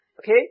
Okay